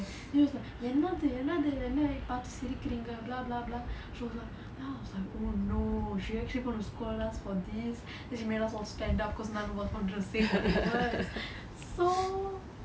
then she was like என்னது என்னது என்ன என்ன பார்த்து சிரிக்கிறீங்க:ennathu ennathu enna enna paartthu sirikkiringa !blah! !blah! !blah! she was like then I was like oh no she's actually going to scold us for this then she made us all stand up because none of us wanted to just say what it was so